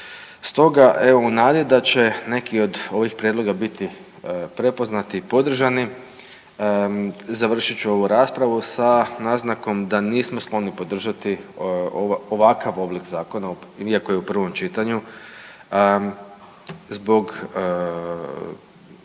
Stoga evo u nadi da će neki od ovih prijedloga biti prepoznati i podržani završit ću ovu raspravu sa naznakom da nismo skloni podržati ovakav oblik zakona iako je u prvom čitanju zbog